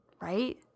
right